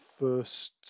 first